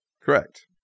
Correct